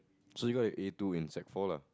so you got an A two in sec four lah